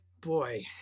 boy